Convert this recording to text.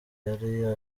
yari